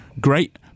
great